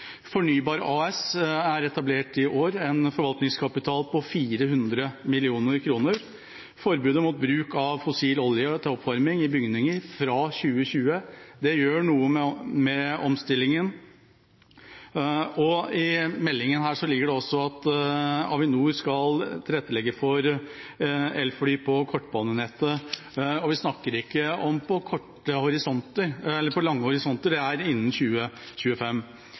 Fornybar AS er etablert i år – en forvaltningskapital på 400 mill. kr. Forbudet mot bruk av fossil olje til oppvarming i bygninger fra 2020 gjør noe med omstillingen. I meldingen her ligger det også at Avinor skal tilrettelegge for elfly på kortbanenettet. Og vi snakker ikke om lange horisonter, men om innen 2025.